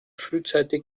frühzeitig